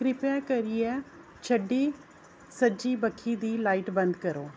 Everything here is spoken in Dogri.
कृपया करियै छड्डी सज्जी बक्खी दी लाइट बंद करो